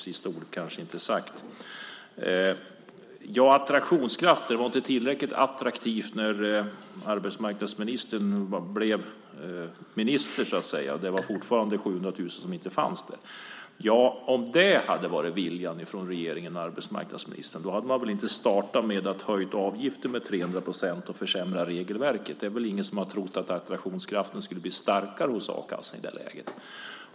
Sista ordet är kanske inte sagt. Sedan gällde det attraktionskraft. Det var inte tillräckligt attraktivt när arbetsmarknadsministern blev minister, så att säga. Det var fortfarande 700 000 som inte fanns där. Ja, om det hade varit viljan från regeringen och arbetsmarknadsministern hade man väl inte startat med att höja avgiften med 300 procent och försämra regelverket. Det är väl ingen som har trott att attraktionskraften skulle bli starkare hos a-kassan i det läget.